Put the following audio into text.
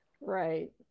Right